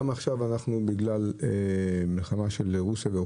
גם עכשיו עקב המלחמה בין רוסיה לבין